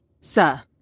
Sir